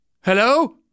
Hello